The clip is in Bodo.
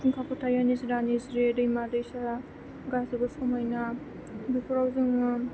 फुंखाफोर थायो निजोरा निजिरि दैमा दैसा गासैबो समायना बेफोराव जोङो